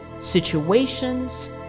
situations